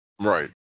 Right